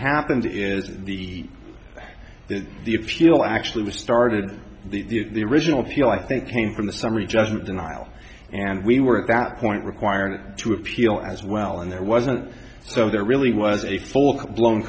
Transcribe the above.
happened is the fact that the appeal actually was started the original feel i think came from the summary judgment denial and we were at that point required to appeal as well and there wasn't so there really was a full blown